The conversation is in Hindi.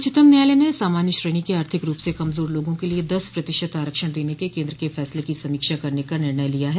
उच्चतम न्यायालय ने सामान्य श्रेणी के आर्थिक रूप से कमजोर लोगों के लिए दस प्रतिशत आरक्षण देने के केन्द्र के फैसले की समीक्षा करने का निर्णय किया है